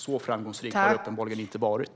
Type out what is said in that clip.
Så framgångsrikt har det alltså uppenbarligen inte varit.